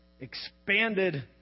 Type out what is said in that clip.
expanded